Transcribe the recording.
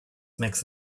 makes